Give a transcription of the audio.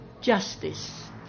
justice